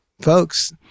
folks